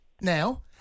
now